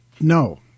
No